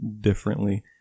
differently